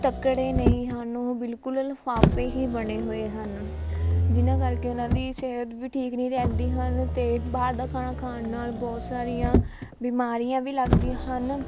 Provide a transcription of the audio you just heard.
ਤਕੜੇ ਨਹੀਂ ਹਨ ਉਹ ਬਿਲਕੁਲ ਲਿਫਾਫੇ ਹੀ ਬਣੇ ਹੋਏ ਹਨ ਜਿਨ੍ਹਾਂ ਕਰਕੇ ਉਨ੍ਹਾਂ ਦੀ ਸਿਹਤ ਵੀ ਠੀਕ ਨਹੀਂ ਰਹਿੰਦੀ ਹਨ ਅਤੇ ਬਾਹਰ ਦਾ ਖਾਣਾ ਖਾਣ ਨਾਲ਼ ਬਹੁਤ ਸਾਰੀਆਂ ਬਿਮਾਰੀਆਂ ਵੀ ਲੱਗਦੀਆਂ ਹਨ